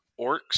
orcs